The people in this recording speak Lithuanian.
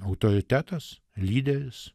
autoritetas lyderis